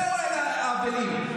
באירועי האבלים.